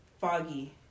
foggy